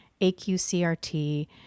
AQCRT